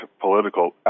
political